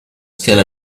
still